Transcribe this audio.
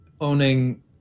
owning